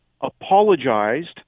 apologized